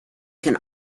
can